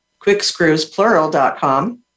quickscrewsplural.com